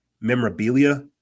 memorabilia